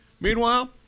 Meanwhile